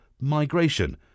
migration